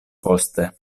poste